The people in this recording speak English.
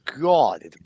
God